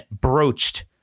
broached